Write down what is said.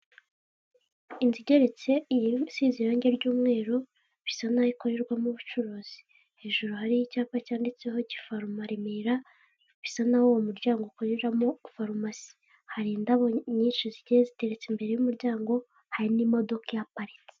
Inzu igeretse isize irangi ry'umweru bisa' n'aho ikorerwamo ubucuruzi, hejuru hari icyacyapa cyanditseho kifaroma Remera, bisa n'aho uwo muryango ukoreramo farumasi, hari indabo nyinshi zigiye ziteretse imbere y'umuryango, hari n'imodoka ihaparitse.